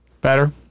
Better